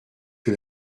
que